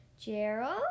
Gerald